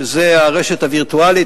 שזו הרשת הווירטואלית,